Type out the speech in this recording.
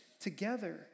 together